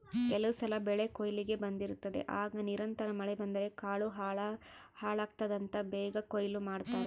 ಕೆಲವುಸಲ ಬೆಳೆಕೊಯ್ಲಿಗೆ ಬಂದಿರುತ್ತದೆ ಆಗ ನಿರಂತರ ಮಳೆ ಬಂದರೆ ಕಾಳು ಹಾಳಾಗ್ತದಂತ ಬೇಗ ಕೊಯ್ಲು ಮಾಡ್ತಾರೆ